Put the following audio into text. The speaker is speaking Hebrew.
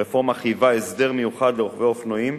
הרפורמה חייבה הסדר מיוחד לרוכבי אופנועים,